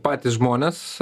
patys žmonės